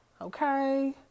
Okay